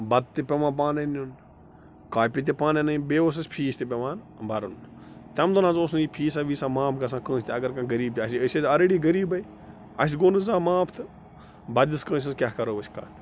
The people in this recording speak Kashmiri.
بَتہٕ تہِ پٮ۪وان پانَے نیُن کاپی تہِ پانَے اَنٕنۍ بیٚیہِ اوس اَسہِ فیٖس تہِ پٮ۪وان بَرُن تَمہِ دۄہَن نہٕ حظ اوس نہٕ یہِ فیٖسَہ ویٖسَہ معاف گژھان کٲنٛسہِ تہِ اگر کانٛہہ غریٖب تہِ آسہِ ہے أسۍ ٲسۍ آلرٔڈی غریبٕے اَسہِ گوٚو نہٕ زانٛہہ معاف تہٕ بَدلِس کانٛسہِ ہِنٛز کیٛاہ کَرو أسۍ کَتھ